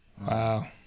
Wow